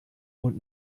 und